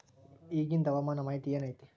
ಇಗಿಂದ್ ಹವಾಮಾನ ಮಾಹಿತಿ ಏನು ಐತಿ?